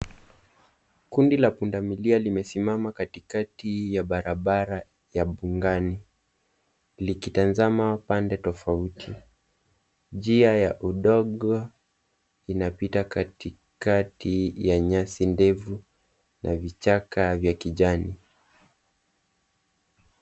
Kundi la punda milia limesimama katikati ya barabara ya mbugani, likitazama pande tofauti. Njia ya udongo inapita katikati ya nyasi ndefu na vichaka vya kijani.